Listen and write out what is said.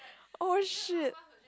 oh shit